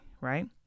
Right